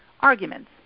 arguments